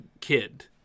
kid